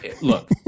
look